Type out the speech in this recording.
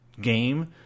game